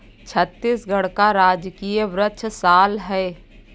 छत्तीसगढ़ का राजकीय वृक्ष साल है